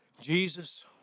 Jesus